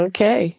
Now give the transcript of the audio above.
Okay